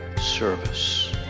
service